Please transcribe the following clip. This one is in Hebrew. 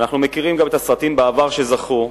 ואנחנו גם מכירים את הסרטים שזכו בעבר,